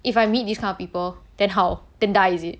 if I meet this kind of people that how then die is it